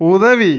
உதவி